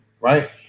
right